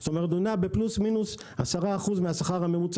זאת אומרת הוא נע סביב פלוס-מינוס 10% מן השכר הממוצע.